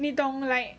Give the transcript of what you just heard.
你懂 like